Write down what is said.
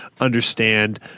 understand